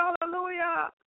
Hallelujah